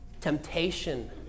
Temptation